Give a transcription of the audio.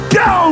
go